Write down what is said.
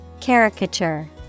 Caricature